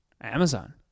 Amazon